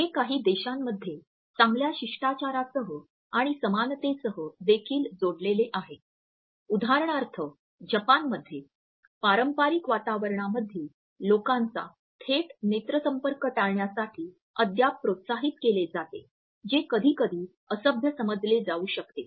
हे काही देशांमध्ये चांगल्या शिष्टाचारासह आणि समानतेसह देखील जोडलेले आहे उदाहरणार्थ जपानमध्ये पारंपारिक वातावरणामध्ये लोकांचा थेट नेत्रसंपर्क टाळण्यासाठी अद्याप प्रोत्साहित केले जाते जे कधीकधी असभ्य समजले जाऊ शकते